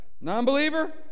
non-believer